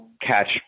catch